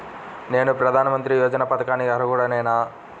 నేను ప్రధాని మంత్రి యోజన పథకానికి అర్హుడ నేన?